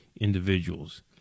Individuals